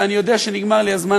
ואני יודע שנגמר לי הזמן,